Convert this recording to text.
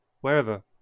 wherever